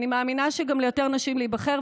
אני מאמינה שגם ליותר נשים להיבחר,